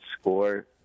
score